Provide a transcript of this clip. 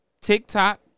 TikTok